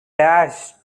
dashed